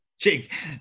Jake